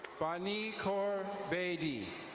banee cor badee.